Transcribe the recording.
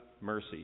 mercy